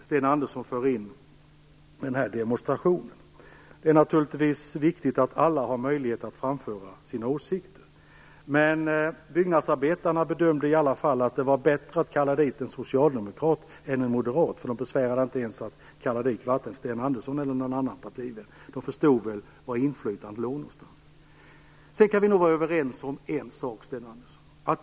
Sten Andersson förde demonstrationen på tal. Det är naturligtvis viktigt att alla har möjlighet att framföra sina åsikter. Men byggnadsarbetarna bedömde i alla fall att det var bättre att kalla dit en socialdemokrat än en moderat. De besvärade sig inte med att kalla dit vare sig Sten Andersson eller någon av hans partivänner. De förstod var inflytandet fanns. Vi kan nog vara överens om en sak, Sten Andersson.